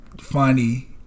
funny